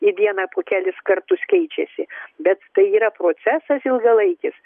į dieną po kelis kartus keičiasi bet tai yra procesas ilgalaikis